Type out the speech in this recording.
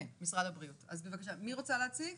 כן, אז בבקשה, מי רוצה להציג?